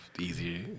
easier